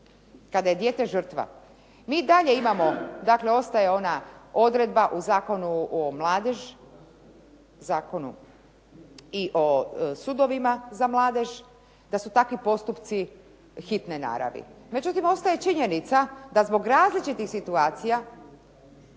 kada je dijete žrtva. Mi i dalje imamo, dakle ostaje ona odredba u Zakonu o mladeži i o sudovima za mladež, da su takvi postupci hitne naravi. Međutim, ostaje činjenica da zbog različitih situacija,